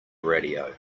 radio